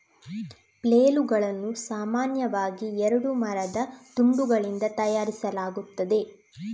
ಫ್ಲೇಲುಗಳನ್ನು ಸಾಮಾನ್ಯವಾಗಿ ಎರಡು ಮರದ ತುಂಡುಗಳಿಂದ ತಯಾರಿಸಲಾಗುತ್ತದೆ